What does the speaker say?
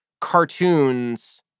cartoons